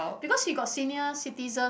because he got senior citizen